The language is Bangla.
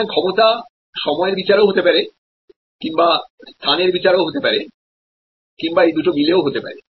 সুতরাং ক্ষমতা সময়ের বিচারেও হতে পারে কিংবাস্থানের বিচারেও হতে পারে কিংবা এই দুটিমিলেও হতে পারে